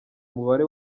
umubare